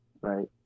right